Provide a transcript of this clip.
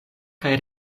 kaj